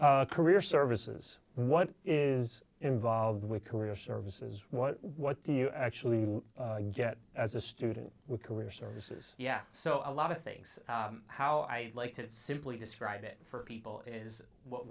a career services what is involved with career services what what do you actually get as a student what career services yeah so a lot of things how i like to simply describe it for people is what